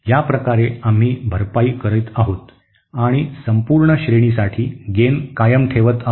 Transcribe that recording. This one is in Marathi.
या प्रकारे आम्ही भरपाई करीत आहोत आणि संपूर्ण श्रेणीसाठी गेन कायम ठेवत आहोत